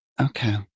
Okay